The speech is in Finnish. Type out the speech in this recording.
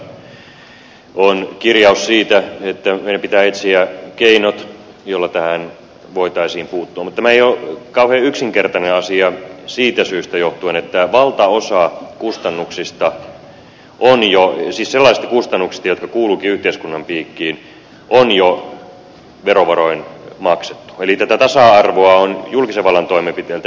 hallitusohjelmassa on kirjaus siitä että meidän pitää etsiä keinot joilla tähän voitaisiin puuttua mutta tämä ei ole kauhean yksinkertainen asia siitä syystä että valtaosa kustannuksista siis sellaisista kustannuksista jotka kuuluvatkin yhteiskunnan piikkiin on jo verovaroin maksettu eli tätä tasa arvoa on julkisen vallan toimenpiteillä edistetty